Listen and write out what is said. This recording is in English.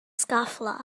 scofflaw